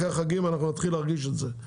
אחרי החגים אנחנו נתחיל להרגיש את זה.